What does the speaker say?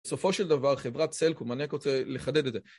בסופו של דבר חברת סלקום, אני רק רוצה לחדד את זה.